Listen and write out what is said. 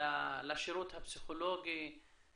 לשירות הפסיכולוגי?